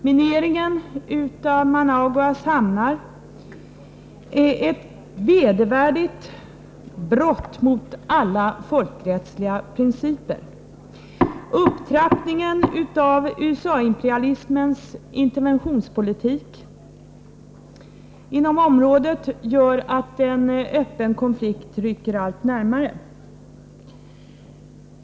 Mineringen av Managuas hamnar är ett vedervärdigt brott mot alla folkrättsliga principer. Upptrappningen av USA-imperialismens interventionspolitik inom området gör att en öppen konflikt rycker allt närmare.